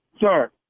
Sir